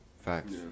Facts